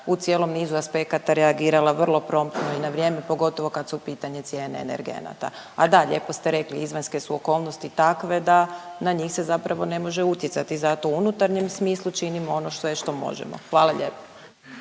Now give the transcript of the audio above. u cijelom nizu aspekata reagirala vrlo promptno i na vrijeme, pogotovo kad su u pitanju cijene energenata. A da, lijepo ste rekli, izvanjske su okolnosti takve da na njih se zapravo ne može utjecati, zato u unutarnjem smislu činimo ono što eto možemo. Hvala lijepo.